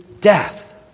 death